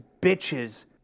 bitches